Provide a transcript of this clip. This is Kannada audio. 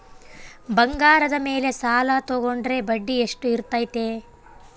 ಬಂಗಾರದ ಮೇಲೆ ಸಾಲ ತೋಗೊಂಡ್ರೆ ಬಡ್ಡಿ ಎಷ್ಟು ಇರ್ತೈತೆ?